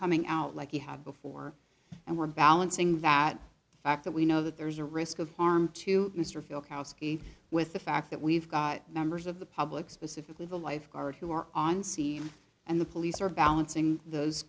coming out like he had before and we're balancing that fact that we know that there's a risk of harm to mr fielkow ski with the fact that we've got members of the public specifically the lifeguard who are on seem and the police are balancing those